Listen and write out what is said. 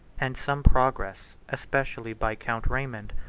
and some progress, especially by count raymond,